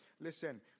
Listen